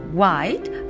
white